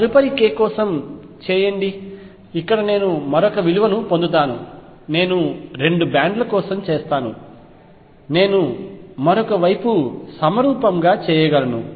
తదుపరి k కోసం చేయండి ఇక్కడ నేను మరొక విలువను పొందుతాను నేను 2 బ్యాండ్ ల కోసం చేస్తాను నేను మరొక వైపు సమరూపంగా చేయగలను